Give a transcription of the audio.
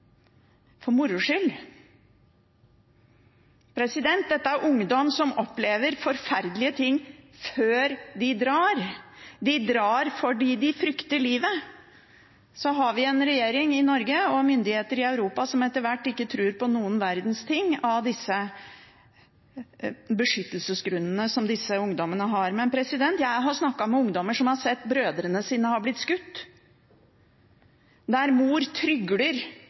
for moro skyld. Dette er ungdom som opplever forferdelige ting før de drar. De drar fordi de frykter for livet. Og så har vi en regjering i Norge og myndigheter i Europa som etter hvert ikke tror på noen verdens ting av de beskyttelsesgrunnene som disse ungdommene har. Jeg har snakket med ungdommer som har sett brødrene sine bli skutt, der mor trygler